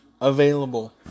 available